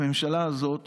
בממשלה הזאת